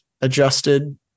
adjusted